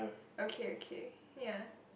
okay okay ya